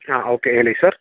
ಹಾಂ ಓಕೆ ಹೇಳಿ ಸರ್